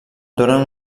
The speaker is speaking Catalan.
donen